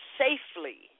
safely